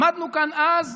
עמדנו כאן אז,